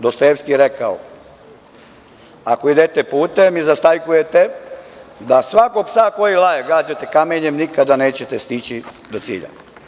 Dostojevski je rekao – ako idete putem i zastajkujete da svakog psa koji laje gađate kamenjem, nikada nećete stići do cilja.